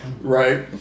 Right